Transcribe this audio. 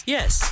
Yes